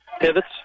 Pivots